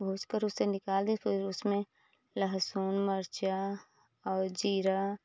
भूजकर उसे निकाले फिर उसमें लहसुन मरचा और जीरा